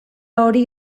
hori